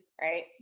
right